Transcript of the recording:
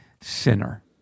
sinner